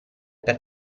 per